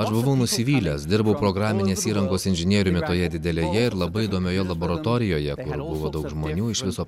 aš buvau nusivylęs dirbau programinės įrangos inžinieriumi toje didelėje ir labai įdomioje laboratorijoje buvo daug žmonių iš viso